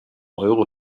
euro